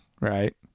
right